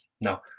no